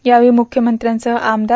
यावेळी मुख्यमंत्र्यांसह आमदार